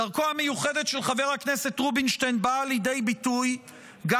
דרכו המיוחדת של חבר הכנסת רובינשטיין באה לידי ביטוי גם